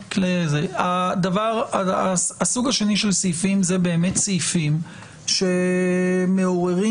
הסוג השני זה באמת סעיפים שמעוררים